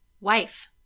Wife